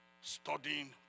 studying